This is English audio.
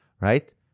right